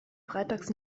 freitags